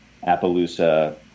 Appaloosa